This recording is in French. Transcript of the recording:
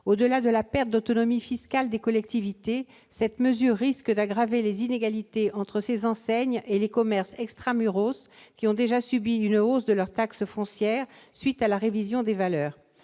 Au-delà d'une perte d'autonomie fiscale pour les collectivités locales, cette mesure risque d'aggraver les inégalités entre ces enseignes et les commerces qui ont déjà subi une hausse de leur taxe foncière à la suite de la révision des valeurs